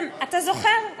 אתה זוכר?